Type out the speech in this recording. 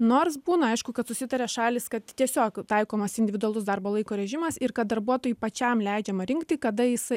nors būna aišku kad susitaria šalys kad tiesiog taikomas individualus darbo laiko režimas ir kad darbuotojui pačiam leidžiama rinkti kada jisai